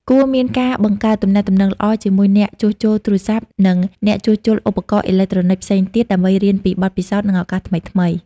គួរមានការបង្កើតទំនាក់ទំនងល្អជាមួយអ្នកជួសជុលទូរស័ព្ទ និងអ្នកជួសជុលឧបករណ៍អេឡិចត្រូនិចផ្សេងទៀត ដើម្បីរៀនពីបទពិសោធន៍ និងឱកាសថ្មីៗ។